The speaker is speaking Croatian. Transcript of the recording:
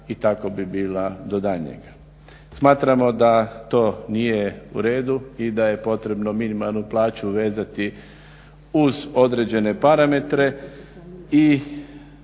i tako bi bila do daljnjega. Smatramo da to nije u redu i da je potrebno minimalnu plaću vezati uz određene parametre i